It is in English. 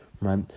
right